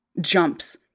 jumps